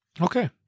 okay